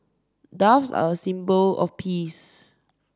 doves are a symbol of peace